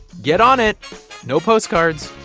get on it no postcards